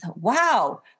wow